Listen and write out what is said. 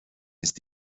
ist